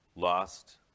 lost